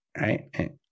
right